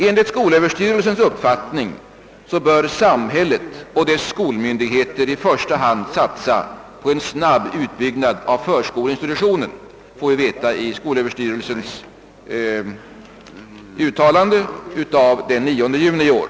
»Enligt skolöverstyrelsens uppfattning bör samhället och dess skolmyndigheter i första hand satsa på en snabb utbyggnad av förskoleinstitutionen», får vi veta i skolöverstyrelsens yttrande av den 9 juni i år.